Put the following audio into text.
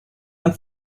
and